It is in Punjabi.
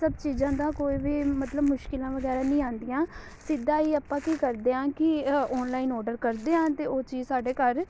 ਇਹ ਸਭ ਚੀਜ਼ਾਂ ਦਾ ਕੋਈ ਵੀ ਮਤਲਬ ਮੁਸ਼ਕਿਲਾਂ ਵਗੈਰਾ ਨਹੀਂ ਆਉਂਦੀਆਂ ਸਿੱਧਾ ਹੀ ਆਪਾਂ ਕੀ ਕਰਦੇ ਹਾਂ ਕਿ ਹ ਔਨਲਾਈਨ ਔਡਰ ਕਰਦੇ ਹਾਂ ਅਤੇ ਉਹ ਚੀਜ਼ ਸਾਡੇ ਘਰ